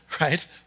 right